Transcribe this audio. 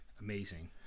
amazing